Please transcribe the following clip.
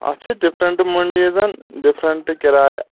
اَتھ چھِ ڈِفرنٛٹ موٚنڈیٖزَن ڈِفرنٛٹ کِراے